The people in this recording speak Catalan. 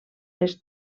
les